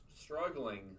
struggling